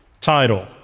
title